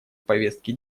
повестки